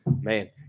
man